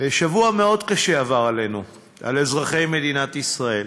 שבוע מאוד קשה עבר עלינו, על אזרחי מדינת ישראל.